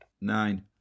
Nine